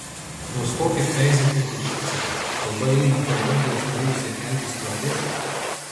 nustokit peizėti apie šypsenas kalba eina apie orgijas norėjusią kelti stiuardesę